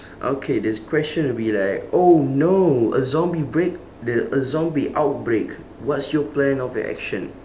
okay this question will be like oh no a zombie break the a zombie outbreak what's your plan of the action